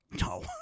no